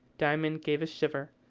diamond gave a shiver,